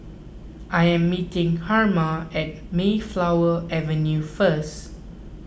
I am meeting Herma at Mayflower Avenue first